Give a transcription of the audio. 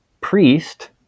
priest